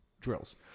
drills